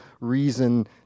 reason